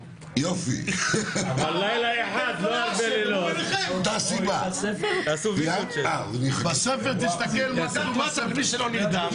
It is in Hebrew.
עם רע"מ או עם מרצ או עם מפלגת העבודה על נושאים ימניים,